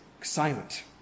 silent